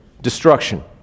Destruction